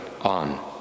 on